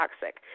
toxic